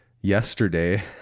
Yesterday